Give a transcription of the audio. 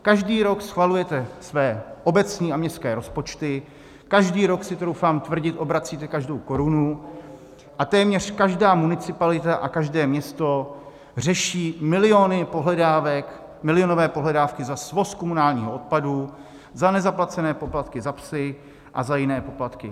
Každý rok schvalujete své obecní a městské rozpočty, každý rok, si troufám tvrdit, obracíte každou korunu, a téměř každá municipalita a téměř každé město řeší milionové pohledávky za svoz komunálního odpadu, za nezaplacené poplatky za psy a za jiné poplatky.